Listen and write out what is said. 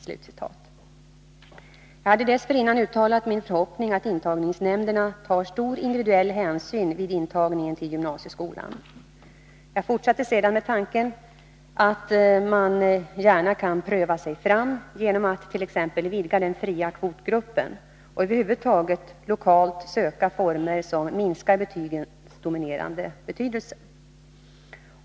Jag hade dessförinnan uttalat min förhoppning att intagningsnämnderna tar stor individuell hänsyn vid intagningen till gymnasieskolan. Jag fortsatte sedan med tanken att man gärna kan pröva sig fram genom attt.ex. vidga den fria kvotgruppen och över huvud taget lokalt söka former som minskar betygens dominerande betydelse.